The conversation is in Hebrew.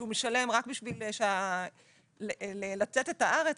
משלם רק בשביל לצאת את הארץ,